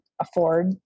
afford